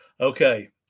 okay